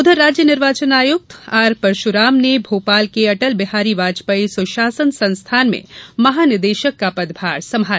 उधर राज्य निर्वाचन आयुक्त आर परशुराम ने भोपाल के अटलबिहारी वाजपयी सुशासन संस्थान में महानिदेशक का पदभार संभाला